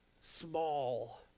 small